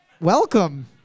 welcome